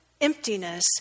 emptiness